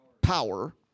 power